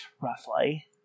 roughly